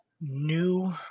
new